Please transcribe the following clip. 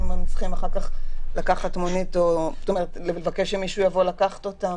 הם צריכים לקחת מונית או אוטובוס או לבקש שמישהו יבוא לקחת אותם.